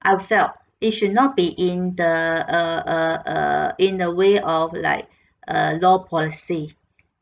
I felt it should not be in the uh uh uh in the way of like a law policy